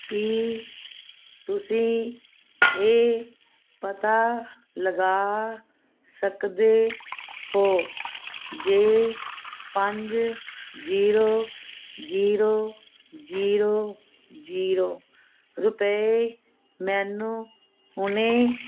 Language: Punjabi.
ਕੀ ਤੁਸੀਂਂ ਇਹ ਪਤਾ ਲਗਾ ਸਕਦੇ ਹੋ ਜੇ ਪੰਜ ਜੀਰੋ ਜੀਰੋ ਜੀਰੋ ਜੀਰੋ ਰੁਪਏ ਮੈਨੂੰ ਹੁਣੇ